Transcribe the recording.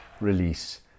release